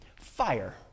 fire